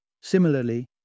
Similarly